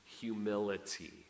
humility